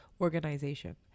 organization